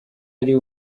ari